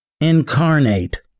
incarnate